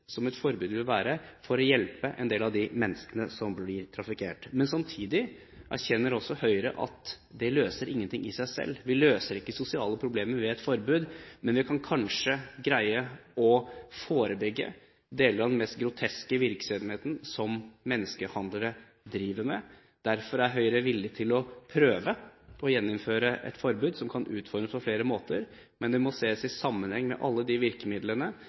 som et forbud vil være, for å hjelpe en del av de menneskene som blir trafikert. Men samtidig erkjenner også Høyre at det løser ingenting i seg selv. Vi løser ikke sosiale problemer ved et forbud, men vi kan kanskje greie å forebygge deler av den mest groteske virksomheten som menneskehandlere driver med. Derfor er Høyre villig til å prøve å gjeninnføre et forbud, som kan utformes på flere måter, men det må ses i sammenheng med alle de virkemidlene